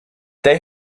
they